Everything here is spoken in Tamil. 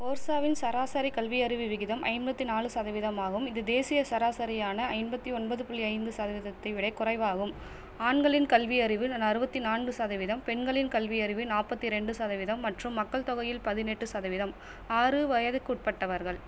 ஓர்சாவின் சராசரி கல்வியறிவு விகிதம் ஐம்பத்தி நாலு சதவீதம் ஆகும் இது தேசிய சராசரியான ஐம்பத்தி ஒன்பது புள்ளி ஐந்து சதவீதத்தை விட குறைவாகும் ஆண்களின் கல்வியறிவு அறுபத்தி நான்கு சதவீதம் பெண்களின் கல்வியறிவு நாற்பத்தி ரெண்டு சதவீதம் மற்றும் மக்கள் தொகையில் பதினெட்டு சதவீதம் ஆறு வயதிற்குட்பட்டவர்கள்